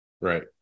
Right